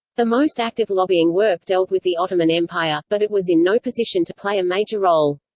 the most active lobbying work dealt with the ottoman empire, but it was in no position to play a major role.